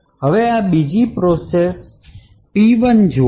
હવે આ બીજી પ્રોસેસ P1 જોવો